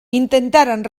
intentaren